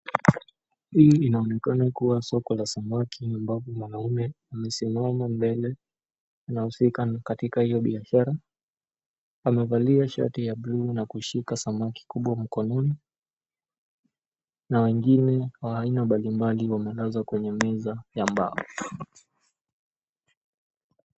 Hii inaonekana kuwa soko la samaki ambapo mwanaume amesimama mbele anahusika katika hiyo biashara. Amevalia shati ya buluu na kushika samaki kubwa mkononi na wengine wa aina mbali mbali wamelazwa kwenye meza ya mbao.